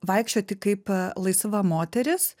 vaikščioti kaip laisva moteris